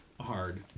hard